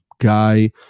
guy